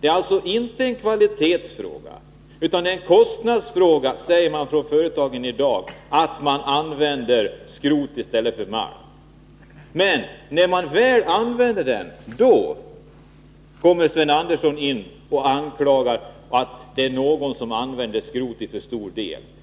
Det är inte en kvalitetsfråga utan en kostnadsfråga, heter det från företagen i dag, att man använder skrot i stället för malm. När företagen använder skrot, då kommer Sven Andersson och anklagar dem för att göra det i för stor utsträckning.